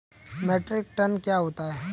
Metric ton क्या होता है?